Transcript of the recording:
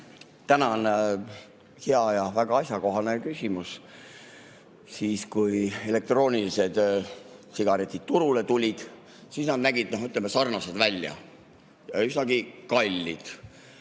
Tänan! Hea ja väga asjakohane küsimus. Kui elektroonilised sigaretid turule tulid, siis nad nägid sarnased välja (Näitab